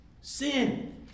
Sin